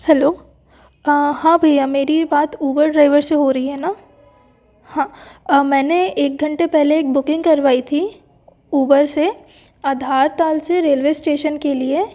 hello हाँ भैया मेरी बात ऊबर ड्राइवर से हो रही है ना हाँ मैंने एक घंटे पहले एक बुकिंग करवाई थी ऊबर से आधार ताल से रेलवे स्टेशन के लिए